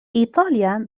إيطاليا